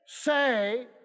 Say